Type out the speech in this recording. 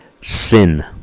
sin